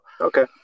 Okay